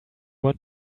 want